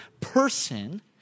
person